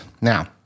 now